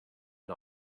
and